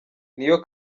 niyo